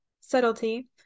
subtlety